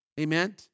Amen